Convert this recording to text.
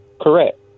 Correct